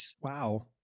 Wow